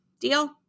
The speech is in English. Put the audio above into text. Deal